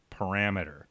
parameter